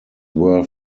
were